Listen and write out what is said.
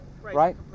right